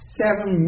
seven